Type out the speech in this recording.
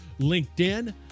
linkedin